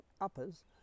uppers